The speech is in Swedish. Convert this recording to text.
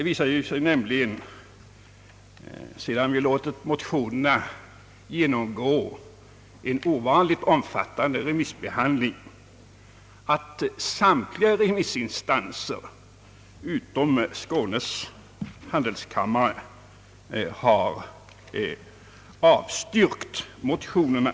Vi har låtit motionerna genomgå en ovanligt omfattande remissbehandling, och resultatet är att samtliga remissinstanser utom Skånes handelskammare har avstyrkt motionerna.